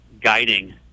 guiding